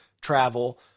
travel